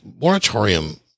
moratorium